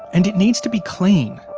and it needs to be clean.